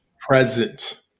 Present